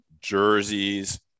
jerseys